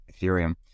Ethereum